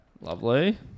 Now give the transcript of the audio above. Lovely